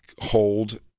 hold